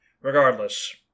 Regardless